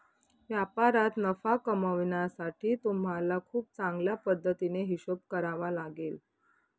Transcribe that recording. व्यापारात नफा कमावण्यासाठी तुम्हाला खूप चांगल्या पद्धतीने हिशोब करावा लागेल